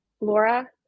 Laura